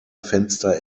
fenster